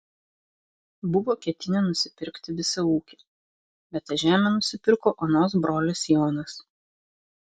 buvo ketinę nusipirkti visą ūkį bet tą žemę nusipirko onos brolis jonas